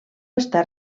està